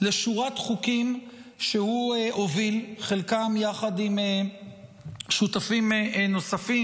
לשורת חוקים שהוא הוביל חלקם יחד עם שותפים נוספים